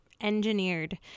engineered